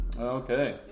Okay